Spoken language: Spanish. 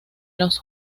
los